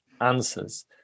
answers